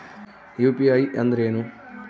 UPI ಅಂದ್ರೇನು?